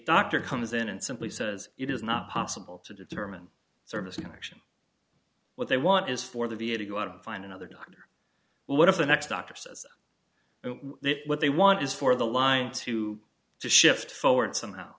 doctor comes in and simply says it is not possible to determine service in action what they want is for the v a to go out and find another doctor well what if the next doctor says what they want is for the line to shift forward somehow